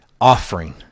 offering